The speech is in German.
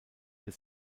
des